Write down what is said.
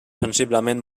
sensiblement